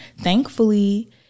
thankfully